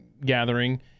gathering